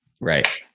Right